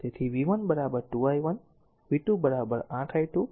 તેથી v 1 2 i1 v 2 8 i2 અને v 3 4 i3